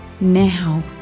Now